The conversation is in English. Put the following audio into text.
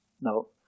No